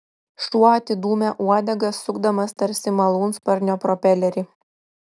šuo atidūmė uodegą sukdamas tarsi malūnsparnio propelerį